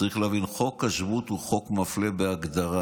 צריך להבין, חוק השבות הוא חוק מפלה בהגדרה,